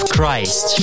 Christ